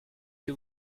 que